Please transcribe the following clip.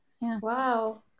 Wow